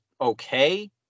okay